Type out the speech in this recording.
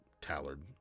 Tallard